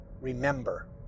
remember